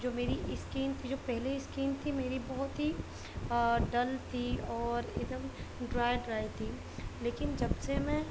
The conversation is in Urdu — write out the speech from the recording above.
جو میری اسکن جو پہلے اسکن تھی میری بہت ہی ڈل تھی اور ایک دم ڈرائی ڈرائی تھی لیکن جب سے میں